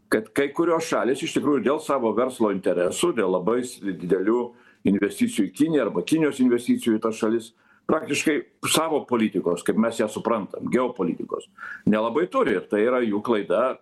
kad kai kurios šalys iš tikrųjų dėl savo verslo interesų dėl labais didelių investicijų į kiniją arba kinijos investicijų į tas šalis praktiškai savo politikos kaip mes ją suprantam geopolitikos nelabai turi ir tai yra jų klaida